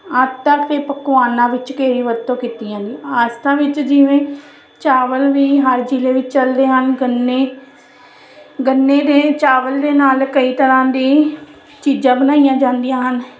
ਆਟਾ ਅਤੇ ਪਕਵਾਨਾਂ ਵਿੱਚ ਘੇ ਦੀ ਵਰਤੋਂ ਕੀਤੀ ਜਾਂਦੀ ਆਸਥਾ ਵਿੱਚ ਜਿਵੇਂ ਚਾਵਲ ਵੀ ਹਰ ਜ਼ਿਲ੍ਹੇ ਵਿੱਚ ਚਲਦੇ ਹਨ ਗੰਨੇ ਗੰਨੇ ਦੇ ਚਾਵਲ ਦੇ ਨਾਲ ਕਈ ਤਰ੍ਹਾਂ ਦੀ ਚੀਜ਼ਾਂ ਬਣਾਈਆਂ ਜਾਂਦੀਆਂ ਹਨ